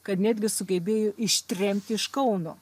kad netgi sugebėjo ištremti iš kauno